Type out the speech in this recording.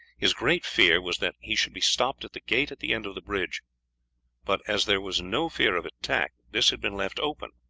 his great fear was that he should be stopped at the gate at the end of the bridge but as there was no fear of attack this had been left open,